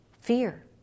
Fear